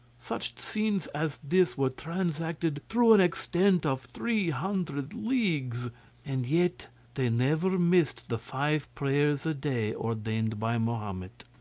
such scenes as this were transacted through an extent of three hundred leagues and yet they never missed the five prayers a day ordained by mahomet.